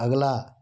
अगला